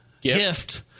gift